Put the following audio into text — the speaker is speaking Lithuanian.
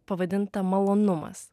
pavadinta malonumas